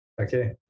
Okay